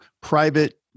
private